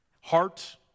heart